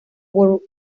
port